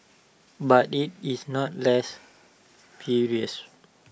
but IT is not less previous